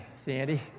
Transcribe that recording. Sandy